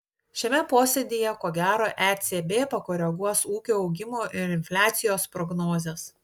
šiame posėdyje ko gero ecb pakoreguos ūkio augimo ir infliacijos prognozes